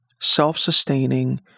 self-sustaining